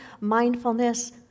mindfulness